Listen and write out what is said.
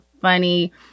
funny